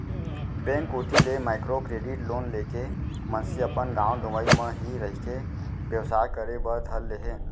bank कोती ले micro credit loan लेके मनसे अपन गाँव गंवई म ही रहिके बेवसाय करे बर धर ले हे